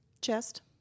Chest